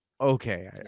Okay